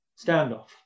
standoff